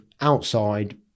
outside